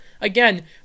again